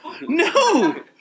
No